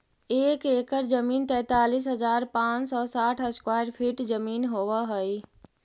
एक एकड़ जमीन तैंतालीस हजार पांच सौ साठ स्क्वायर फीट जमीन होव हई